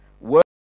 work